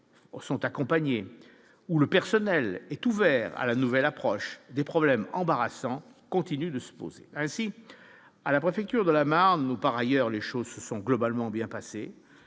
sont accompagnés, où le personnel est ouvert à la nouvelle approche des problèmes embarrassants continue de se poser ainsi à la préfecture de la Marne, par ailleurs, les choses se sont globalement bien passé,